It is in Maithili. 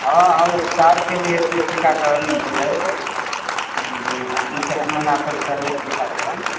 हँ हँ ऊपचारके लिए तऽ टीकाकरण भेलै तीन चारि महिना तक चललै टीकाकरण